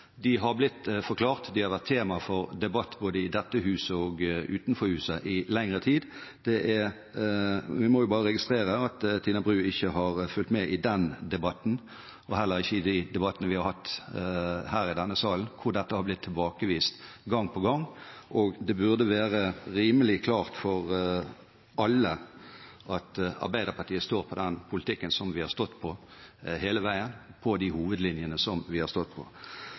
De har blitt forklart, og de har vært tema for debatt både i og utenfor dette huset i lengre tid. Vi må bare registrere at Tina Bru ikke har fulgt med i den debatten, og heller ikke i de debattene vi har hatt her i denne salen, hvor dette har blitt tilbakevist gang på gang. Det burde være rimelig klart for alle at Arbeiderpartiet står for den politikken og de hovedlinjene som vi har stått